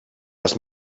les